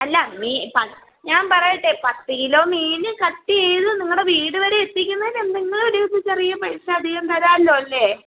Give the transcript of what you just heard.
അല്ല മി പ ഞാൻ പറയട്ടേ പത്ത് കിലോ മീൻ കട്ട് ചെയ്ത് നിങ്ങളുടെ വീട് വരെ എത്തിക്കുന്നതല്ലേ നിങ്ങൾ ഒരു ചെറിയ പൈസ അധികം തരാമല്ലോ അല്ലേ